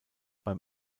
beim